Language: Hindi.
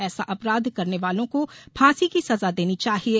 ऐसा अपराध करने वालों को फांसी की सजा देनी चाहिये